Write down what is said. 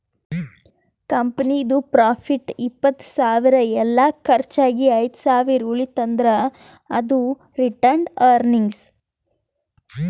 ಕಂಪನಿದು ಪ್ರಾಫಿಟ್ ಇಪ್ಪತ್ತ್ ಸಾವಿರ ಎಲ್ಲಾ ಕರ್ಚ್ ಆಗಿ ಐದ್ ಸಾವಿರ ಉಳಿತಂದ್ರ್ ಅದು ರಿಟೈನ್ಡ್ ಅರ್ನಿಂಗ್